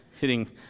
hitting